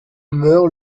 meurt